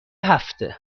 هفته